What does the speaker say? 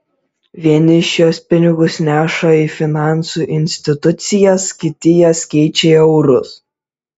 vieni šiuos pinigus neša į finansų institucijas kiti jas keičia į eurus